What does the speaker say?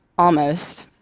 almost,